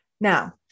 Now